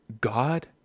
God